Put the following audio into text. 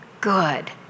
good